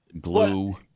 glue